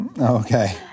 Okay